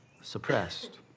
suppressed